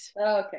okay